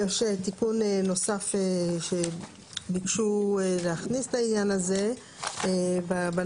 יש תיקון נוסף שביקשו להכניס את העניין הזה בנוסח.